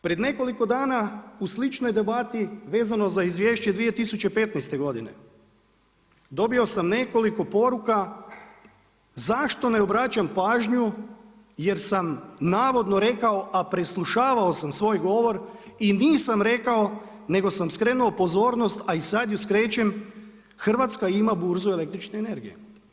Pred nekoliko dana u sličnoj debati vezano za izvješće 2015. godine, dobio sam nekoliko poruka zašto ne obraćam pažnju jer sam navodno rekao, a preslušavao sam svoj govor i nisam rekao, nego sam skrenuo pozornost a i sad ju skrećem, Hrvatska ima burzu električne energije.